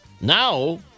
Now